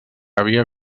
havia